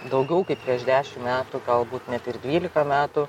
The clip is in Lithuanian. daugiau kaip prieš dešim metų galbūt net ir dvylika metų